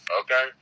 okay